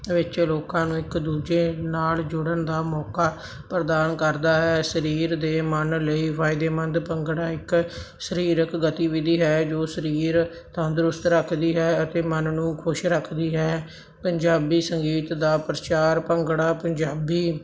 ਵਿਚ ਲੋਕਾਂ ਨੂੰ ਇੱਕ ਦੂਜੇ ਨਾਲ ਜੁੜਨ ਦਾ ਮੌਕਾ ਪ੍ਰਦਾਨ ਕਰਦਾ ਹੈ ਸਰੀਰ ਦੇ ਮਨ ਲਈ ਫਾਇਦੇਮੰਦ ਭੰਗੜਾ ਇੱਕ ਸਰੀਰਕ ਗਤੀਵਿਧੀ ਹੈ ਜੋ ਸਰੀਰ ਤੰਦਰੁਸਤ ਰੱਖਦੀ ਹੈ ਅਤੇ ਮਨ ਨੂੰ ਖੁਸ਼ ਰੱਖਦੀ ਹੈ ਪੰਜਾਬੀ ਸੰਗੀਤ ਦਾ ਪ੍ਰਚਾਰ ਭੰਗੜਾ ਪੰਜਾਬੀ